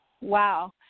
Wow